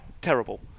Terrible